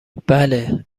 بله